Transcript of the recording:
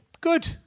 good